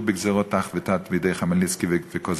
בגזירות ת"ח ות"ט בידי חמלניצקי וקוזקָיו.